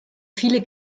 viele